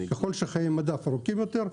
ככול שחיי המדף ארוכים יותר,